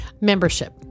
Membership